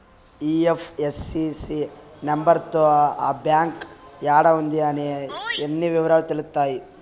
IFSC number తో ఆ bank యాడా ఉంది అనే అన్ని ఇవరాలు తెలుత్తాయి